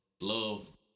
love